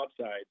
outside